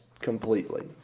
completely